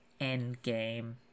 endgame